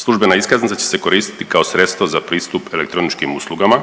Službena iskaznica će se koristiti kao sredstvo za pristup elektroničkim uslugama,